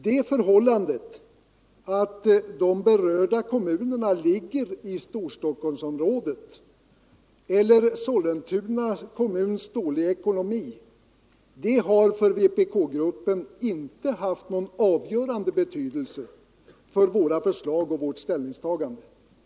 Det förhållandet att de berörda kommunerna ligger i Storstockholmsområdet, eller Sollentuna kommuns dåliga ekonomi har inte alls någon avgörande betydelse för vpk-gruppens förslag och vårt ställningstagande.